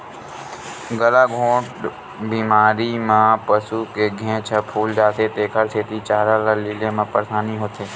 गलाघोंट बेमारी म पसू के घेंच ह फूल जाथे तेखर सेती चारा ल लीले म परसानी होथे